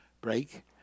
break